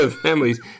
families